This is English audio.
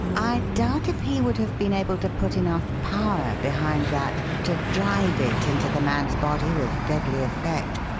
i doubt if he would have been able to put enough power behind that to drive it into the man's body with deadly effect,